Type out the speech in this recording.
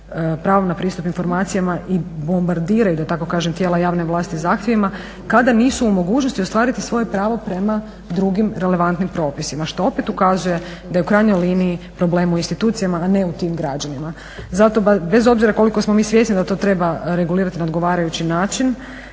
pravom na pristup informacijama i bombardiraju da tako kažem tijela javne vlasti zahtjevima kada nisu u mogućnosti ostvariti svoje pravo prema drugim relevantnim propisima, što opet ukazuje da je u krajnjoj liniji problem u institucijama, a ne u tim građanima. Zato bez obzira koliko smo mi svjesni da to treba regulirati na odgovarajući način